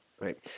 Right